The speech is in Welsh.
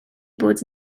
bod